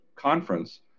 conference